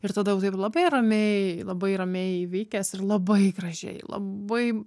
ir tada jau taip labai ramiai labai ramiai įvykęs ir labai gražiai labai